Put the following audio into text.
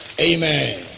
Amen